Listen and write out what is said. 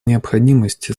необходимости